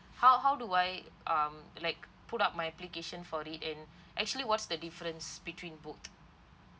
how how do I um like put up my application for it and actually what's the difference between both